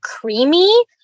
creamy